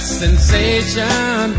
sensation